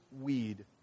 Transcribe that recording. weed